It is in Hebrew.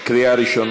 תעודה צבאית אישית (תיקוני חקיקה),